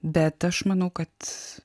bet aš manau kad